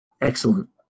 Excellent